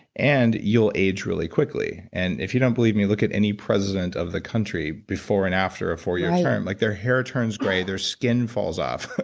and you'll age really quickly. and if you don't believe me, look at any president of the country before and after a four-year term. like their hair turns gray, their skin falls off,